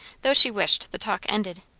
though she wished the talk ended.